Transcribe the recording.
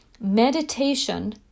Meditation